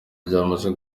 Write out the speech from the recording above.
ryamaze